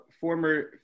former